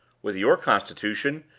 with your constitution,